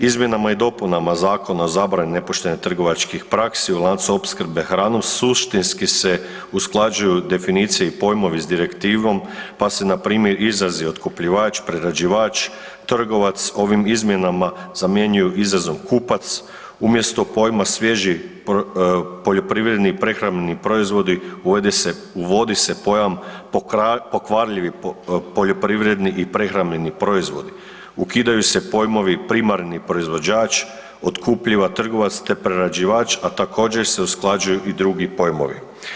Izmjenama i dopunama Zakona o zabrani nepoštenih trgovačkih praski u lancu opskrbe hranom suštinski se usklađuju definicije i pojmovi s direktivom pa se npr. otkupljivač, prerađivač, trgovac ovim izmjenama zamjenjuju izrazom kupac, umjesto pojma svježi poljoprivredni i prehrambeni proizvodi uvodi se pojam pokvarljivi poljoprivredni i prehrambeni proizvodi, ukidaju se pojmovi primarni proizvođač, … trgovac te prerađivač, a također se usklađuju i drugi pojmovi.